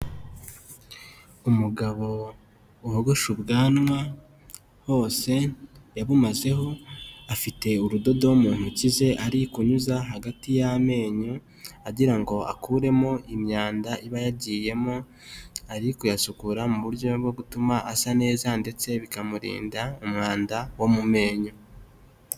Umugabo wogoshe ubwanwa, hose yabumazeho, afite urudodo mu ntoki ze, ari kunyuza hagati y'amenyo, agira ngo akuremo imyanda iba yagiyemo, ari kuyasukura mu buryo bwo gutuma asa neza, ndetse bikamurinda umwanda, wo mu menyo.